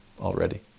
already